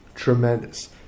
Tremendous